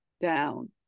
down